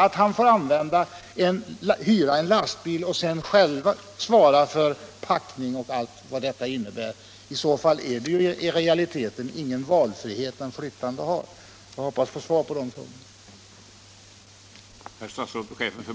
att man får hyra en lastbil och sedan själv svara för packning och allt sådant? Det senare alternativet skulle i så fall i realiteten innebära att den flyttande inte har någon valfrihet. Jag hoppas få svar på de frågor jag nu ställt.